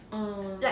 err